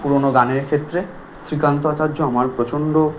পুরনো গানের ক্ষেত্রে শ্রীকান্ত আচার্য আমার প্রচণ্ড